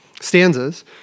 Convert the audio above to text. stanzas